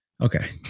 okay